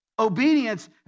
Obedience